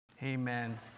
amen